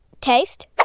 taste